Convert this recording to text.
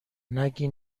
نگی